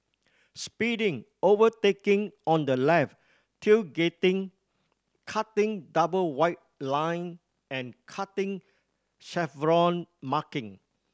speeding overtaking on the left tailgating cutting double white line and cutting chevron marking